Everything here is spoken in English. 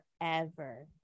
forever